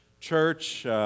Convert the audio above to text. Church